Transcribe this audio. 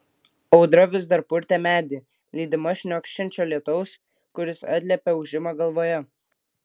audra vis dar purtė medį lydima šniokščiančio lietaus kuris atliepė ūžimą galvoje